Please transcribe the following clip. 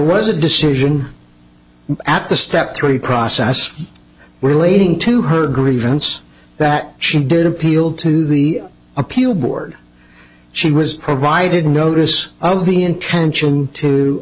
t decision at the step three process relating to her grievance that she did appeal to the appeal board she was provided notice of the intention